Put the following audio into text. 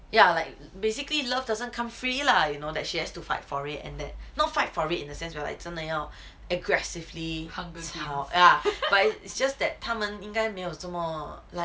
ya like basically love doesn't come free lah you know that she has to fight for it and that no fight for it in the sense where like 真的要 aggressively or but it's just that 他们应该没有那么 like